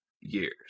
years